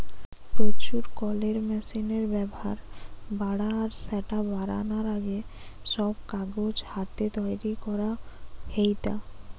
প্রচুর কলের মেশিনের ব্যাভার বাড়া আর স্যাটা বারানার আগে, সব কাগজ হাতে তৈরি করা হেইতা